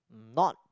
not